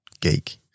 geek